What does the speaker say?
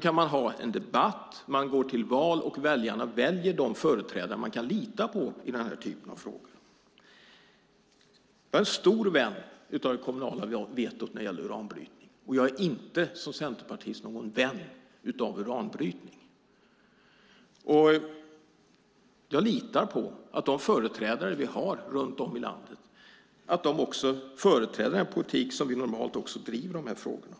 kan vi föra en debatt. Sedan går man till val, och väljarna väljer de företrädare de kan lita på i den här typen av frågor. Jag är en stor vän av det kommunala vetot när det gäller uranbrytning, och som centerpartist är jag inte någon vän av uranbrytning. Jag litar på att de företrädare vi har runt om i landet företräder en politik som vi normalt också driver i de här frågorna.